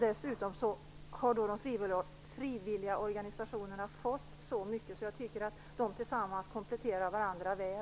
Dessutom har de frivilliga organisationerna fått så mycket att de enligt min mening kompletterar varandra väl.